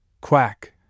Quack